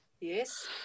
yes